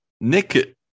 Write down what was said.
Nick